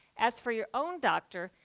as for your own doctor,